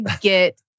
get